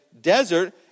desert